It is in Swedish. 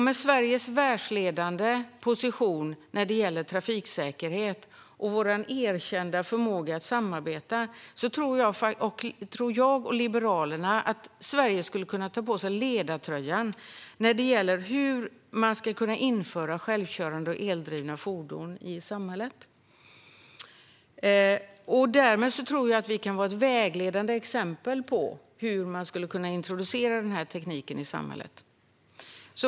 Med Sveriges världsledande position när det gäller trafiksäkerhet och vår erkända förmåga att samarbeta tror jag och Liberalerna att Sverige skulle kunna ta på sig ledartröjan när det gäller hur självkörande och eldrivna fordon skulle kunna införas i samhället. Därmed tror jag att vi kan vara ett vägledande exempel på hur denna teknik skulle kunna introduceras i samhället.